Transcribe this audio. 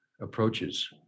approaches